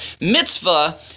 Mitzvah